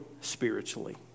spiritually